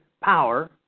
power